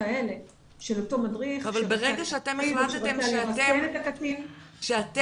האלה של אותו מדריך שרצה לרסן את הקטין.